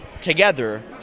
together